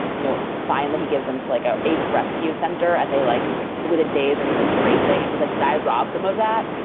you know, finally he gives them to like our ape rescue center and they like within days or just embracing. and he's like, did i rob them of that?